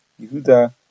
Yehuda